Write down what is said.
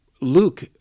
Luke